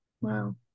Wow